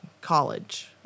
college